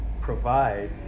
provide